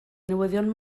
newyddion